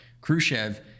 Khrushchev